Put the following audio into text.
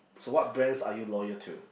so what brands are you loyal to